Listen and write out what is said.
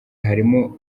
harimo